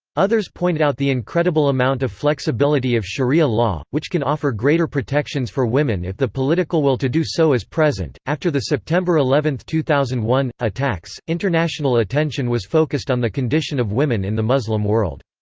others point out the incredible amount of flexibility of shariah law, which can offer greater protections for women if the political will to do so is present after the september eleven, two thousand and one, attacks, international attention was focused on the condition of women in the muslim world.